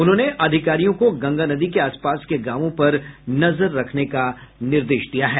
उन्होंने अधिकारियों को गंगा नदी के आसपास के गांवों पर नजर रखने का निर्देश दिया है